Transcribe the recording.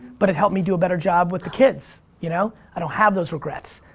but it helped me do a better job with the kids. you know? i don't have those regrets.